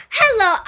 hello